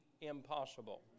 impossible